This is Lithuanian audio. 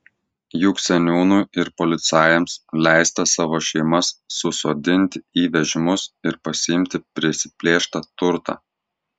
juk seniūnui ir policajams leista savo šeimas susodinti į vežimus ir pasiimti prisiplėštą turtą